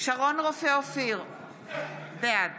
שרון רופא אופיר, בעד